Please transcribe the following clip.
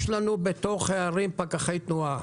יש לנו בתוך הערים פקחי תנועה